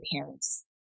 parents